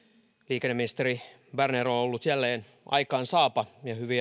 liikenneministeri berner on ollut jälleen aikaansaapa